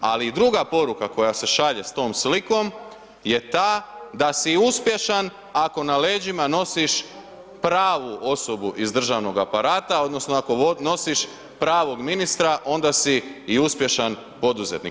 Ali i druga poruka koja se šalje s tom slikom je ta da si uspješan ako na leđima nosiš pravu osobu iz državnog aparata odnosno ako nosiš pravog ministra onda si i uspješan poduzetnik.